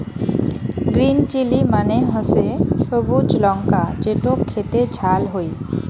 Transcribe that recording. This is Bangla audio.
গ্রিন চিলি মানে হসে সবুজ লঙ্কা যেটো খেতে ঝাল হই